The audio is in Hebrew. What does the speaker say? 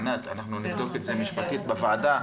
ענת, אנחנו נבדוק את זה משפטית בוועדה.